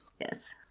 Yes